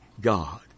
God